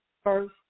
First